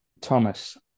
Thomas